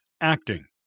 acting